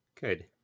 Good